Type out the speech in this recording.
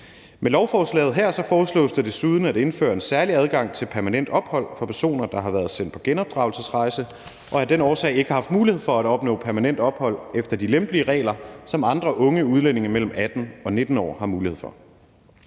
Med lovforslaget her foreslås det desuden at indføre en særlig adgang til permanent ophold for personer, der har været sendt på genopdragelsesrejse og af den årsag ikke har haft mulighed for at opnå permanent ophold efter de lempelige regler, som andre unge udlændinge mellem 18 og 19 år har mulighed for.